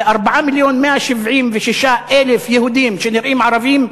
זה 4 מיליון ו-176,000 יהודים שנראים ערבים,